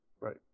right